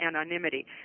anonymity